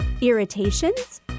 Irritations